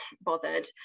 bothered